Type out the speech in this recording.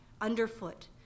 underfoot